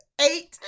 Eight